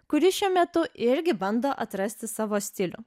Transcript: kuri šiuo metu irgi bando atrasti savo stilių